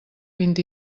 vint